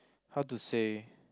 how to say